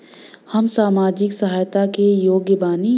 हम सामाजिक सहायता के योग्य बानी?